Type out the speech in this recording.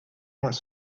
moins